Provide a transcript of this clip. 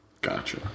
Gotcha